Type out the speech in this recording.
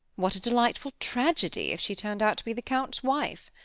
what a delightful tragedy if she turned out to be the count's wife!